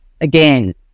again